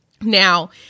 Now